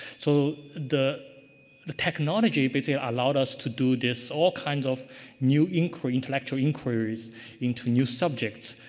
so, the the technology basically, allowed us to do this all kinds of new inquiry, intellectual inquiries into new subjects,